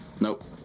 Nope